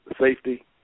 safety